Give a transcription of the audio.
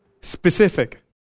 specific